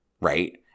right